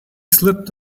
slipped